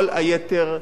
כל היתר,